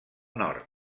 nord